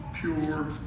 pure